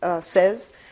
says